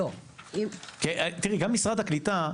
גם משרד הקליטה,